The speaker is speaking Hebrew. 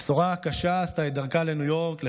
הבשורה הקשה עשתה את דרכה לניו יורק לחבר,